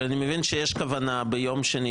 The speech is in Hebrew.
אבל אני מבין שיש כוונה להביא דברים ביום שני,